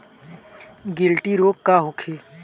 गिल्टी रोग का होखे?